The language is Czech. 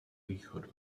východu